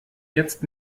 jetzt